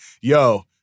yo